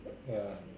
ya